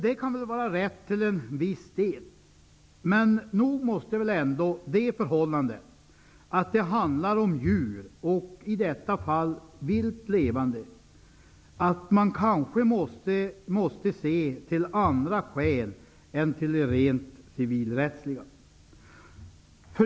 Det kan väl vara rätt till en viss del, men nog måste det förhållandet att det handlar om djur, i detta fall vilt levande, göra att vi måste se till andra skäl än till de rent civilrättsliga.